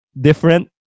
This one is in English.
different